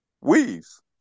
Weaves